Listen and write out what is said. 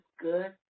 good